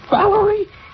Valerie